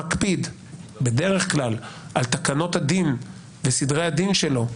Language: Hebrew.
מקפיד בדרך כלל על תקנות הדין וסדרי הדין שלו,